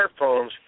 smartphones